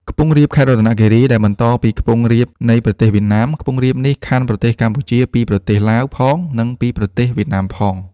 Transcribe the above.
ខ្ពង់រាបខេត្តរតនគិរី ដែលបន្តពីខ្ពង់រាបនៃប្រទេសវៀតណាម ខ្ពង់រាបនេះ ខ័ណ្ឌប្រទេសកម្ពុជាពីប្រទេសឡាវផង និងពីប្រទេសវៀតណាមផង ។